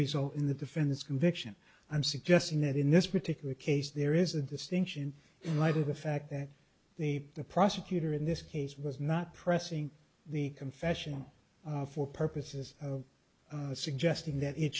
result in the defendant's conviction i'm suggesting that in this particular case there is a distinction in light of the fact that the prosecutor in this case was not pressing the confession for purposes of suggesting that it